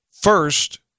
first